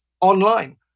online